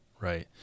Right